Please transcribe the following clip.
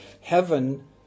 Heaven